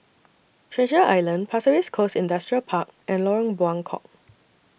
Treasure Island Pasir Ris Coast Industrial Park and Lorong Buangkok